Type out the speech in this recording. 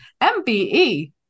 MBE